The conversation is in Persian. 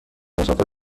مسافر